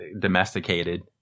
domesticated